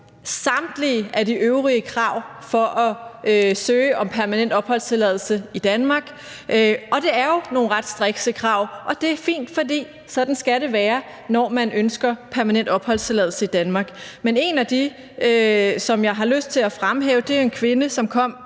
samtlige af de øvrige krav for at søge om permanent opholdstilladelse i Danmark. Og det er jo nogle ret strikse krav, og det er fint, fordi sådan skal det være, når man ønsker permanent opholdstilladelse i Danmark. En af dem, som jeg har lyst til at fremhæve, er en kvinde, som kom